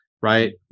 right